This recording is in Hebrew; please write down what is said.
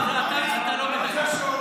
אבל עכשיו אתה לא מדייק.